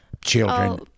children